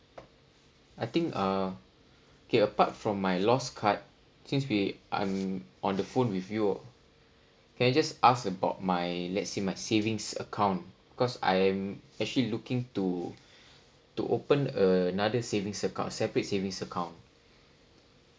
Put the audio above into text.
I think uh okay apart from my lost card since we I'm on the phone with you can I just ask about my let's say my savings account because I am actually looking to to open another saving account separate savings account